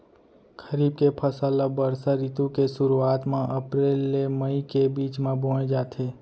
खरीफ के फसल ला बरसा रितु के सुरुवात मा अप्रेल ले मई के बीच मा बोए जाथे